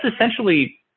essentially